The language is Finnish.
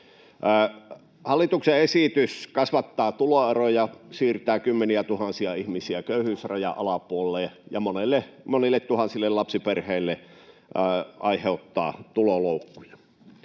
Hallituksen esitys kasvattaa tuloeroja, siirtää kymmeniätuhansia ihmisiä köyhyysrajan alapuolelle ja aiheuttaa monille tuhansille lapsiperheille tuloloukkuja.